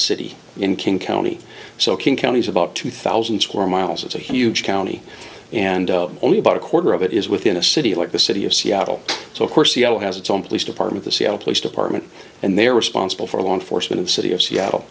city in king county so king county is about two thousand square miles it's a huge county and only about a quarter of it is within a city like the city of seattle so of course seattle has its own police department the seattle police department and they are responsible for law enforcement of city of seattle